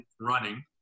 running